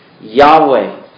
Yahweh